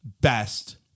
best